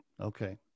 Okay